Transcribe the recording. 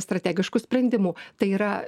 strategiškų sprendimų tai yra